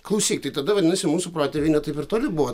klausyk tai tada vadinasi mūsų protėviai ne taip ir toli buvo